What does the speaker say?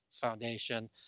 Foundation